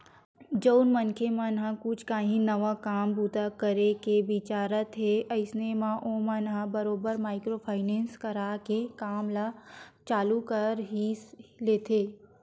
जउन मनखे मन ह कुछ काही नवा काम बूता करे के बिचारत हे अइसन म ओमन ह बरोबर माइक्रो फायनेंस करा के काम ल चालू कर ही लेथे